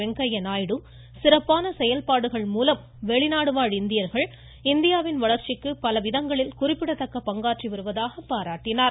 வெங்கய்ய நாயுடு சிறப்பான செயல்பாடுகள் மூலம் வெளிநாடு வாழ் இந்தியர்கள் இந்தியாவின் வளர்ச்சிக்கு பலவிதங்களில் குறிப்பிடத்தக்க பங்காற்றி வருவதாக பாராட்டினார்